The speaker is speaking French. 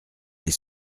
les